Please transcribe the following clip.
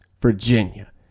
Virginia